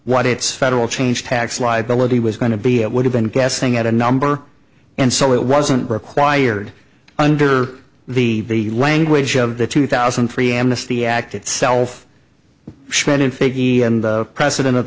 what its federal change tax liability was going to be it would have been guessing at a number and so it wasn't required under the language of the two thousand and three amnesty act itself shredded figgy and the president of